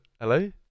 hello